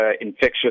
infectious